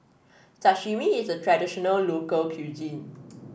sashimi is a traditional local cuisine